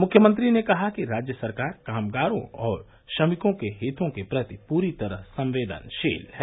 मुख्यमंत्री ने कहा कि राज्य सरकार कामगारों और श्रमिकों के हितों के प्रति पूरी तरह संवेदनशील है